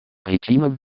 причинам